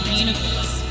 universe